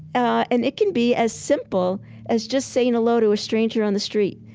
and it can be as simple as just saying hello to a stranger on the street.